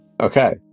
Okay